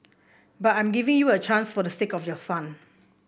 but I'm giving you a chance for the sake of your son